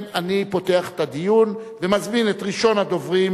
אני פותח את הדיון ומזמין את ראשון הדוברים,